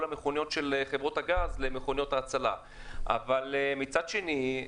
המכוניות של חברות הגז למכוניות הצלה אבל מצד שני,